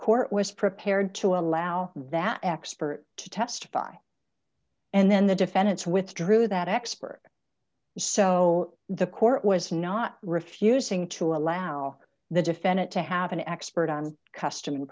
court was prepared to allow that expert to testify and then the defendants withdrew that expert so the court was not refusing to allow the defendant to have an expert on custom